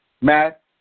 Matt